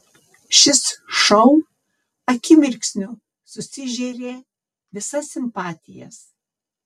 šis šou akimirksniu susižėrė visas simpatijas